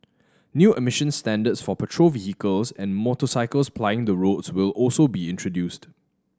new emission standards for petrol vehicles and motorcycles plying the roads will also be introduced